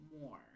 more